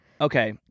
Okay